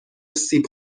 سیب